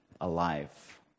alive